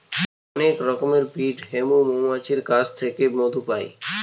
অনেক রকমের ব্রিড হৈমু মৌমাছির যাদের থেকে মধু পাই